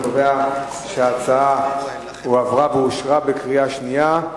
לכן אני קובע שההצעה הועברה ואושרה בקריאה שנייה.